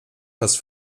fast